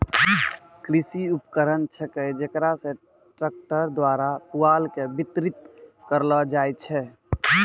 कृषि उपकरण छेकै जेकरा से ट्रक्टर द्वारा पुआल के बितरित करलो जाय छै